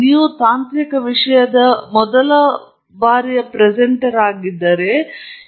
ನೀವು ತಾಂತ್ರಿಕ ವಿಷಯದ ಮೊದಲ ಬಾರಿಗೆ ಪ್ರೆಸೆಂಟರ್ ಆಗಿದ್ದರೆ ಇದು ನಿಜವಾಗಿ ವಿಶೇಷವಾಗಿದೆ